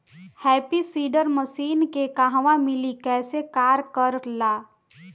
Happy seeder machine के कहवा मिली कैसे कार कर ला?